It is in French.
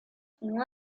sont